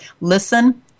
listen